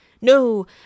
no